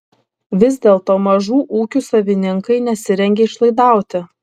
vis dėlto mažų ūkių savininkai nesirengia išlaidauti